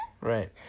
right